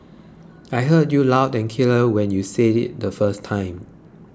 I heard you loud and clear when you said it the first time